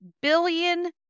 billion